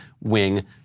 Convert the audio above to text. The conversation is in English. wing